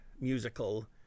musical